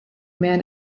man